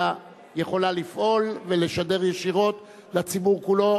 יכולה לפעול ולשדר ישירות לציבור כולו,